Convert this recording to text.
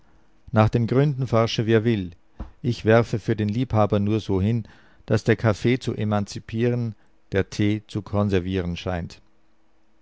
nach den gründen forsche wer will ich werfe für den liebhaber nur so hin daß der kaffee zu emanzipieren der tee zu konservieren scheint